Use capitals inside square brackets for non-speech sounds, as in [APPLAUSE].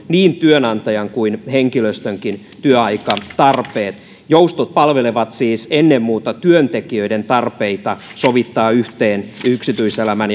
[UNINTELLIGIBLE] niin työnantajan kuin henkilöstönkin työaikatarpeet joustot palvelevat siis ennen muuta työntekijöiden tarpeita sovittaa yhteen yksityiselämän [UNINTELLIGIBLE]